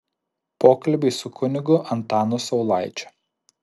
pokalbiai su kunigu antanu saulaičiu